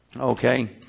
Okay